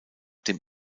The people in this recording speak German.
dem